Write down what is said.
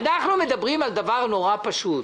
אנחנו מדברים על דבר נורא פשוט.